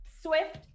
swift